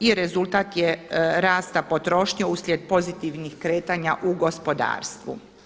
I rezultat je rasta potrošnje uslijed pozitivnih kretanja u gospodarstvu.